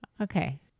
Okay